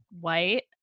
white